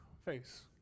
face